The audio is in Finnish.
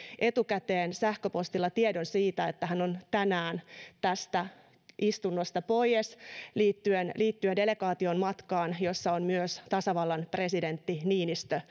etukäteen sähköpostilla tiedon siitä että hän on tänään tästä istunnosta poies liittyen delegaation matkaan jossa on myös tasavallan presidentti niinistö